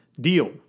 deal